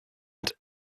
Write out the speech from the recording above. had